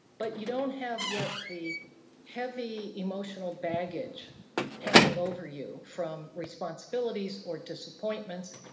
but you don't have yet the heavy emotional baggage hanging over you from responsibilities or disappointments,